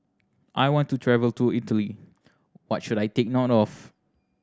I want to travel to Italy what should I take note of